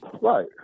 Right